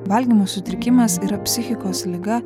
valgymo sutrikimas yra psichikos liga